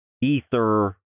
Ether